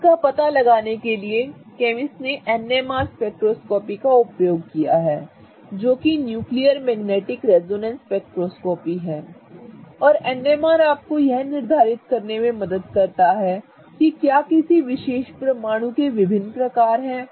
इसका पता लगाने के लिए केमिस्ट्स ने NMR स्पेक्ट्रोस्कोपी का उपयोग किया है जो कि न्यूक्लियर मैगनेटिक रेजोनेंस स्पेक्ट्रोस्कोपी है और NMR आपको यह निर्धारित करने में मदद करता है कि क्या किसी विशेष परमाणु के विभिन्न प्रकार हैं